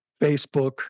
Facebook